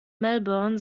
melbourne